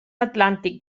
atlàntic